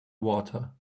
water